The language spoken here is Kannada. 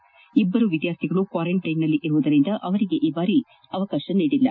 ಆದರೆ ಇಬ್ಬರು ವಿದ್ಯಾರ್ಥಿಗಳು ಕ್ನಾರಂಟೈನ್ನಲ್ಲಿ ಇರುವುದರಿಂದ ಅವರಿಗೆ ಈ ಬಾರಿ ಅವಕಾಶ ನೀಡಿಲ್ಲ